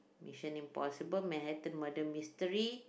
Mission-Impossible Manhattan-Murder-Mystery